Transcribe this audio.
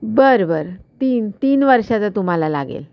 बर बर तीन तीन वर्षांचा तुम्हाला लागेल